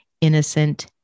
innocent